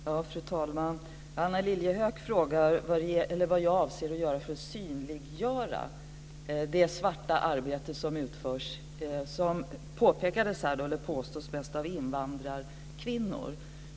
Fru talman! Anna Lilliehöök frågade vad jag avser att göra för att synliggöra det svarta arbete som utförs, som det påstods här, mest av invandrarkvinnor.